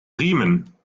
riemen